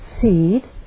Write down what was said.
seed